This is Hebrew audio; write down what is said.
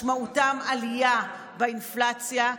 משמעותו עלייה באינפלציה.